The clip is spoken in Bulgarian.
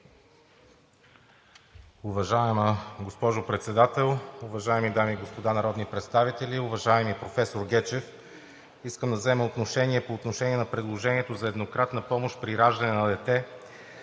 Уважаема госпожо Председател, уважаеми дами и господа народни представители! Уважаеми професор Гечев, искам да взема отношение по предложението за еднократна помощ при раждане на дете,